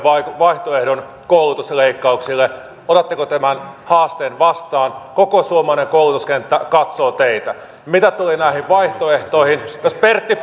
vaihtoehdon koulutusleikkauksille otatteko tämän haasteen vastaan koko suomalainen koulutuskenttä katsoo teitä mitä tuli näihin vaihtoehtoihin niin jos pertti